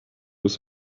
with